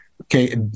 Okay